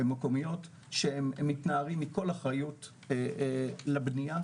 שהם מתנערים מכל אחריות לבנייה.